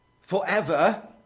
forever